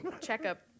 checkup